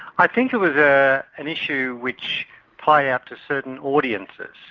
i think it was an issue which played out to certain audiences.